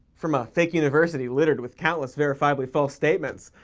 from a fake university littered with countless verifiably false statements.